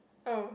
oh